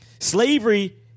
slavery